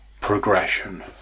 progression